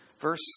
Verse